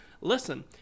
listen